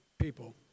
people